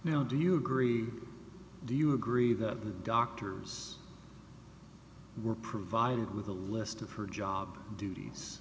now do you agree do you agree that the doctors were provided with a list of her job duties